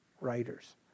writers